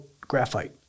graphite